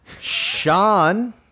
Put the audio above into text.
Sean